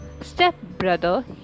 stepbrother